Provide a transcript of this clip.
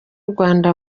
rwanda